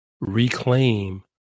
reclaim